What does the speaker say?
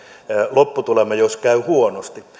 lopputulema jos käy huonosti